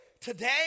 today